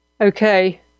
Okay